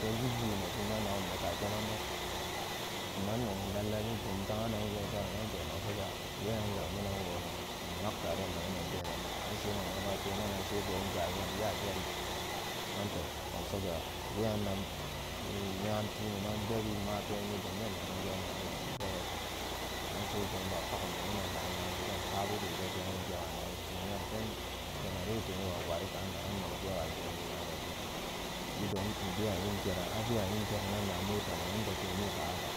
Don yib yeem me zamma nagumme ka pbemanma buman nog lallabi bundaganan goon sa ru man to nok soga weyan ga minan wo nog nak kaden ma nyinan penanse nog ma ba penanan se goon gaa nyam ya jeri an to nog nyan tunuma bebi mapeni bumdi n ng ma gera nanga bebate anse goon ba pagum me nyinan na nyaan budeen kaabu bebebbeen an igewa nogi tuun nyam pen genaretorn wa wari kanan an nog gewa giri nyamebu idon nbewa yin geran abewa yin geran na mota manyin depene taraba